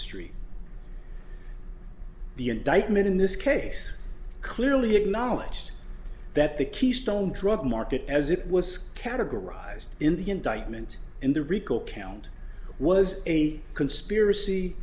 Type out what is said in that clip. street the indictment in this case clearly acknowledged that the keystone drug market as it was categorized in the indictment and the rico count was a conspiracy